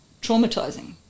traumatizing